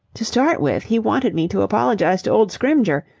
to start with, he wanted me to apologize to old scrymgeour,